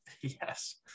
Yes